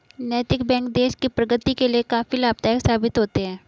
नैतिक बैंक देश की प्रगति के लिए काफी लाभदायक साबित होते हैं